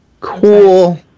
Cool